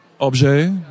Objet